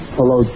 Hello